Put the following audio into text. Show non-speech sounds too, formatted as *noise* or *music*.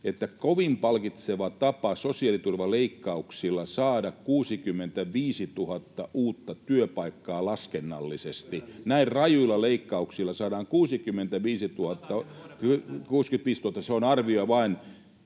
että kovin palkitseva tapa sosiaaliturvaleikkauksilla saada 65 000 uutta työpaikkaa laskennallisesti, [Ben Zyskowicz: Työllistä!] näin rajuilla leikkauksilla saadaan 65 000... *noise*